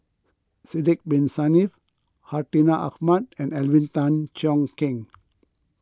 Sidek Bin Saniff Hartinah Ahmad and Alvin Tan Cheong Kheng